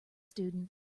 students